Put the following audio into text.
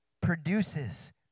produces